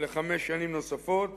לחמש שנים נוספות